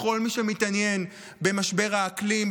לכל מי שמתעניין במשבר האקלים,